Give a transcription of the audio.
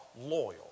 loyal